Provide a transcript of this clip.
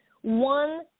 one